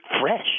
fresh